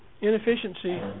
inefficiency